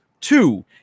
two